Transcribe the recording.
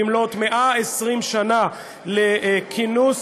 במלאות 120 שנה לכינוס,